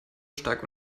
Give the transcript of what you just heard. stark